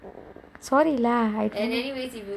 sorry lah I